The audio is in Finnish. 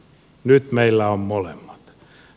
nyt meillä on molemmat